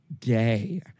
day